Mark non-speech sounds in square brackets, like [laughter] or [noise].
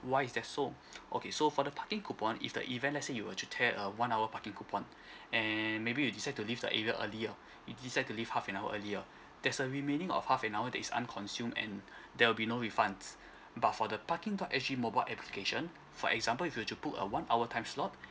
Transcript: why is that so [noise] okay so for the parking coupon if the event let's say you were to tear a one hour parking coupon [breath] and maybe you decide to leave the area earlier you decide to leave half an hour earlier there's a remaining of half an hour that is unconsumed and there will be no refund but for the parking dot S G mobile application for example if you were to book a one hour time slot